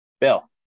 Bill